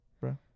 bro